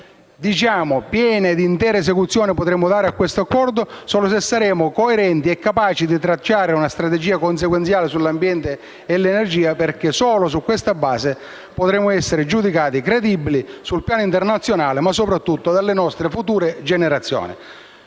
diciamo che piena e intera esecuzione potremo dare a questo Accordo solo se saremo coerenti e capaci di tracciare una strategia consequenziale sull'ambiente e l'energia, perché solo su questa base potremo essere giudicati credibili sul piano internazionale, ma soprattutto dalle nostre future generazioni.